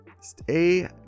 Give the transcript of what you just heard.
stay